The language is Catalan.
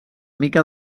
mica